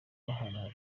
ahantu